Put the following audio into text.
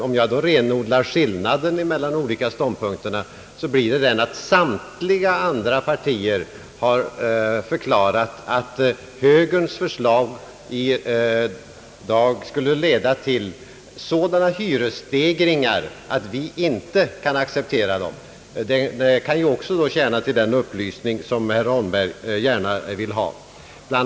Om jag renodlar skillnaden mellan de olika ståndpunkterna, blir den att samtliga andra partier har förklarat att högerns förslag skulle leda till sådana hyresstegringar att man inte kan acceptera dem. Det kan ju också tjäna till den upplysning som herr Holmberg gärna ville ha. Bl.